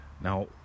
Now